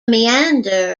meander